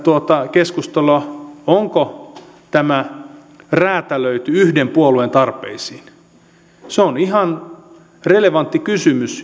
keskustelua onko tämä räätälöity yhden puolueen tarpeisiin se on ihan relevantti kysymys